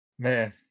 Man